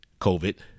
COVID